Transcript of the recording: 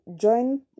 join